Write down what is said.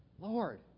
Lord